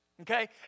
Okay